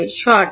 সঠিক